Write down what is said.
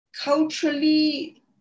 Culturally